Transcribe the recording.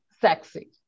sexy